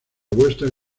western